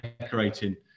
decorating